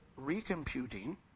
recomputing